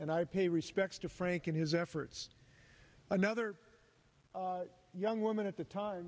and i pay respects to frank in his efforts another young woman at the time